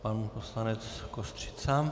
Pan poslanec Kostřica.